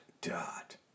dot